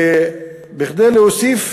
כדי להוסיף